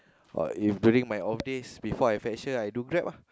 or if during my off days before I fetch her I do Grab ah